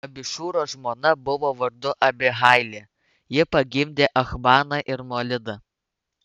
abišūro žmona buvo vardu abihailė ji pagimdė achbaną ir molidą